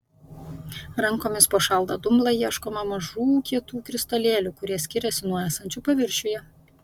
rankomis po šaltą dumblą ieškoma mažų kietų kristalėlių kurie skiriasi nuo esančių paviršiuje